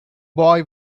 boy